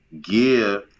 give